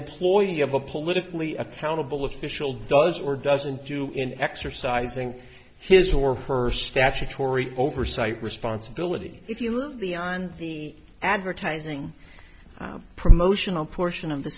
employee of a politically accountable official does or doesn't do in exercising his or her statutory oversight responsibility if you move beyond the advertising promotional portion of the